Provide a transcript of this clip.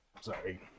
sorry